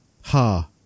ha